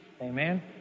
Amen